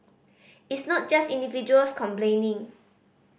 it's not just individuals complaining